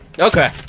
Okay